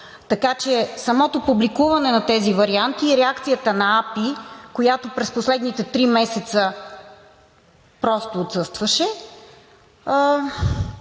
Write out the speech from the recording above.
региона. Самото публикуване на тези варианти и реакцията на АПИ, която през последните три месеца просто отсъстваше,